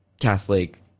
Catholic